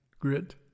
grit